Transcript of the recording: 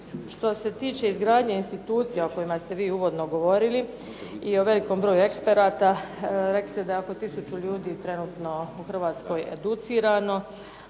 Što se tiče izgradnje institucija o kojima ste vi uvodno govorili i o velikom broju eksperata, rekli ste da je oko tisuću ljudi trenutno u Hrvatskoj educirano,